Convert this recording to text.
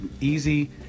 easy